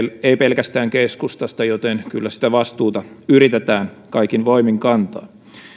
ei pelkästään keskustasta joten kyllä sitä vastuuta yritetään kaikin voimin kantaa